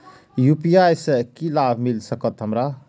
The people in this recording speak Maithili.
यू.पी.आई से की लाभ मिल सकत हमरा?